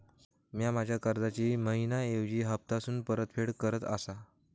म्या माझ्या कर्जाची मैहिना ऐवजी हप्तासून परतफेड करत आसा